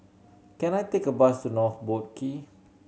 can I take a bus to North Boat Quay